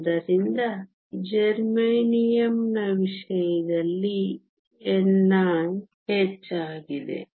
ಆದ್ದರಿಂದ ಜೆರ್ಮೇನಿಯಂನ ವಿಷಯದಲ್ಲಿ ni ಹೆಚ್ಚಾಗಿದೆ